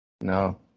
No